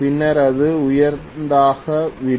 பின்னர் அது உயர்ந்ததாகிவிடும்